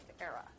era